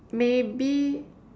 maybe